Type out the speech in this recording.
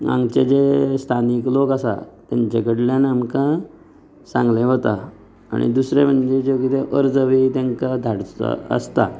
हांगचे जे स्थानिक आसा लोक आसात तेंचे कडल्यान आमकां सांगले वता आनी दुसरे म्हणजे जे कितें अर्ज बी तेंका धाडचो आसता